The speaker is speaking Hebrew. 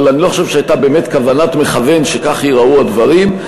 אבל אני לא חושב שהייתה באמת כוונת מכוון שכך ייראו הדברים.